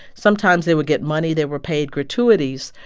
sometimes they would get money, they were paid gratuities.